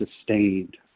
sustained